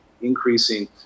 increasing